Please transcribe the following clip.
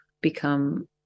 become